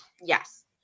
yes